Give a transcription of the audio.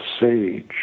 sage